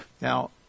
Now